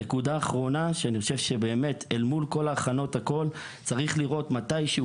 אל מול כל ההכנות צריך מתישהו,